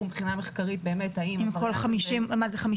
מבחינה מחקרית באמת האם הווראינט הזה --- מדובר על 50 מוטציות?